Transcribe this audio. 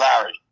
Larry